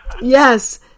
Yes